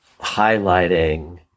highlighting